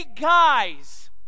guys